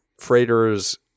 Freighter's